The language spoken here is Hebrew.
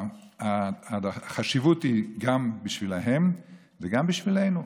החשיבות היא גם בשבילם וגם בשבילנו.